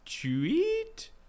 Tweet